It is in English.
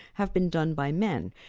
have been done by men?